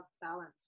balance